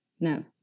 No